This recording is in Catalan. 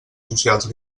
socials